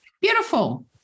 Beautiful